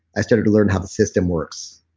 i started to learn how the system works,